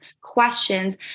questions